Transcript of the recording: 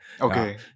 Okay